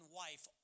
wife